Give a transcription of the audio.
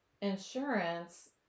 insurance